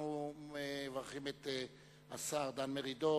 אנחנו מברכים את השר דן מרידור,